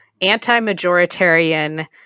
anti-majoritarian